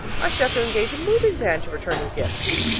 i should have to engage a moving-van to return your gifts.